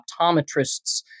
optometrists